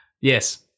Yes